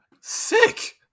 Sick